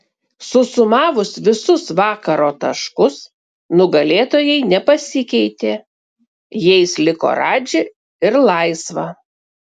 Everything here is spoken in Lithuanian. susumavus visus vakaro taškus nugalėtojai nepasikeitė jais liko radži ir laisva